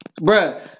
Bruh